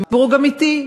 דיברו גם אתי,